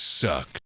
suck